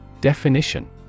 Definition